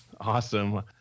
Awesome